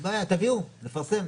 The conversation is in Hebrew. אין בעיה, תביאו, נפרסם.